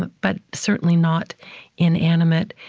but but certainly not inanimate.